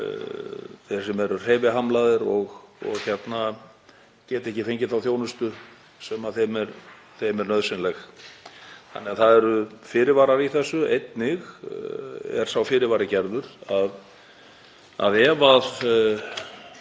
þeir sem eru hreyfihamlaðir og geta ekki fengið þá þjónustu sem þeim er nauðsynleg. Það eru því fyrirvarar í þessu. Einnig er sá fyrirvari gerður að ef